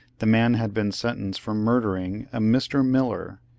the man had been sentenced for murdering a mr. miller,